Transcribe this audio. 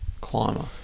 climber